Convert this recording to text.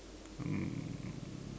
um